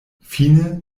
fine